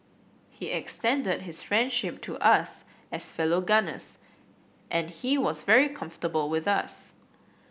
he extended his friendship to us as fellow gunners and he was very comfortable with us